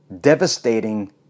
devastating